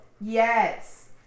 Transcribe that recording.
yes